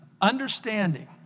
understanding